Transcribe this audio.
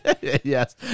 Yes